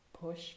push